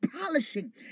polishing